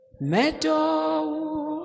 meadow